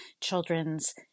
children's